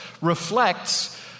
reflects